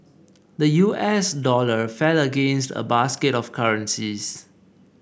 the U S dollar fell against a basket of currencies